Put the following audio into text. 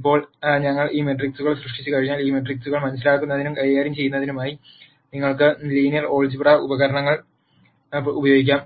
ഇപ്പോൾ ഞങ്ങൾ ഈ മെട്രിക്സുകൾ സൃഷ്ടിച്ചുകഴിഞ്ഞാൽ ഈ മെട്രിക്സുകൾ മനസിലാക്കുന്നതിനും കൈകാര്യം ചെയ്യുന്നതിനുമായി നിങ്ങൾക്ക് ലീനിയർ ആൾജിബ്ര ഉപകരണങ്ങൾ ഉപയോഗിക്കാം